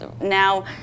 now